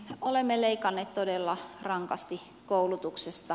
olemme leikanneet todella rankasti koulutuksesta